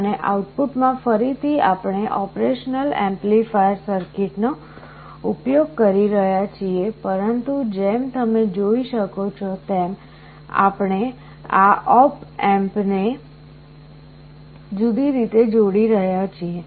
અને આઉટપુટમાં ફરીથી આપણે ઓપરેશનલ એમ્પ્લીફાયર સર્કિટનો ઉપયોગ કરી રહ્યાં છીએ પરંતુ જેમ તમે જોઈ શકો છો તેમ આપણે આ op amp ને જુદી રીતે જોડી રહ્યા છીએ